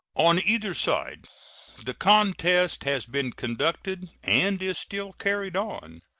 on either side the contest has been conducted, and is still carried on,